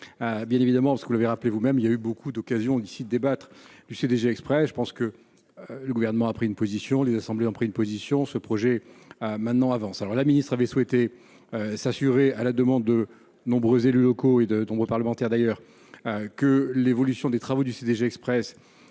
bien évidemment, parce que vous l'avez rappelé vous-même, il y a eu beaucoup d'occasions illicite débattre du CDG Express, je pense que le gouvernement a pris une position les assemblées ont pris une position ce projet maintenant avance alors la ministre avait souhaité s'assurer, à la demande de nombreux élus locaux et de nombreux parlementaires d'ailleurs que l'évolution des travaux du CDG Express